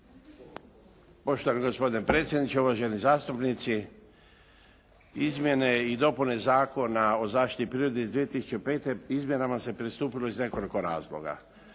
Poštovani gospodine predsjedniče, uvaženi zastupnici. Izmjene i dopune Zakona o zaštiti prirode iz 2005. izmjenama se pristupilo iz nekoliko razloga.